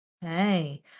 Hey